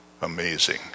amazing